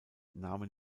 nahmen